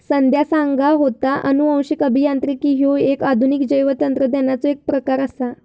संध्या सांगा होता, अनुवांशिक अभियांत्रिकी ह्यो एक आधुनिक जैवतंत्रज्ञानाचो प्रकार आसा